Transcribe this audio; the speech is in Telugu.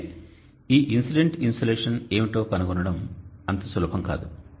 అయితే ఈ ఇన్సిడెంట్ ఇన్సులేషన్ ఏమిటో కనుగొనడం అంత సులభం కాదు